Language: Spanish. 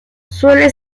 suele